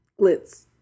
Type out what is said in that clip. glitz